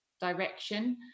direction